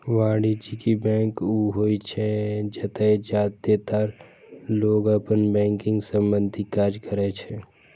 वाणिज्यिक बैंक ऊ होइ छै, जतय जादेतर लोग अपन बैंकिंग संबंधी काज करै छै